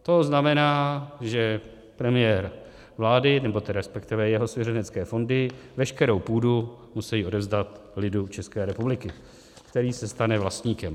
To znamená, že premiér vlády resp. jeho svěřenecké fondy veškerou půdu musí odevzdat lidu České republiky, který se stane vlastníkem.